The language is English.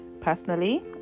personally